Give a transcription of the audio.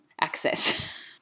access